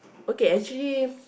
okay actually